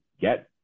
get